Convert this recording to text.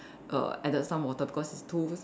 err added some water because it's too